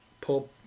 pull